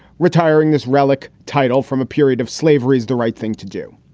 retiring this relic title from a period of slavery is the right thing to do.